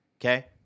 Okay